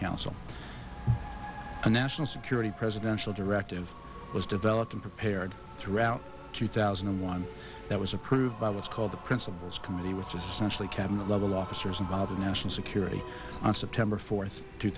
council the national security presidential directive was developed and prepared throughout two thousand and one that was approved by what's called the principals committee which is essentially cabinet level officers involved in national security on september fourth two